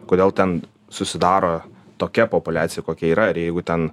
kodėl ten susidaro tokia populiacija kokia yra ir jeigu ten